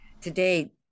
today